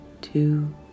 two